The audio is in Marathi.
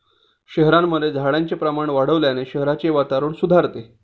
शहरांमध्ये झाडांचे प्रमाण वाढवल्याने शहराचे वातावरण सुधारते